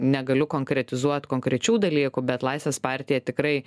negaliu konkretizuot konkrečių dalykų bet laisvės partija tikrai